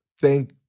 thank